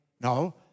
No